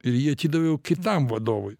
ir jį atidaviau kitam vadovui